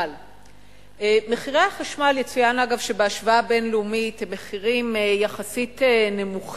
בין-לאומית הם מחירים נמוכים יחסית,